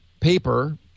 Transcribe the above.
paper